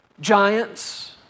Giants